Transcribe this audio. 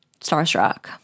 starstruck